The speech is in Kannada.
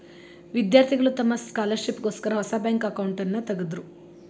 ವಿದ್ಯಾರ್ಥಿಗಳು ತಮ್ಮ ಸ್ಕಾಲರ್ಶಿಪ್ ಗೋಸ್ಕರ ಹೊಸ ಬ್ಯಾಂಕ್ ಅಕೌಂಟ್ನನ ತಗದ್ರು